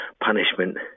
punishment